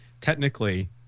technically